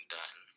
done